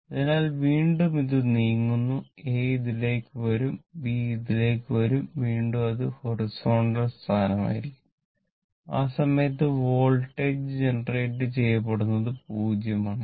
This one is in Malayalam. അതിനാൽ വീണ്ടും അത് നീങ്ങുന്നു എ ഇതിലേക്ക് വരും ബി ഇതിലേക്ക് വരും വീണ്ടും അത് ഹൊറിസോണ്ടൽ സ്ഥാനമായിരിക്കും ആ സമയത്ത് വോൾട്ടേജ് ജനറേറ്റ് ചെയ്യപ്പെടുന്നത് 0 ആണ്